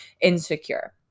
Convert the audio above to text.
insecure